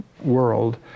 world